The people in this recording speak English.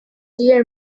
dear